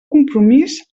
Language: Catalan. compromís